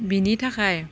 बेनि थाखाय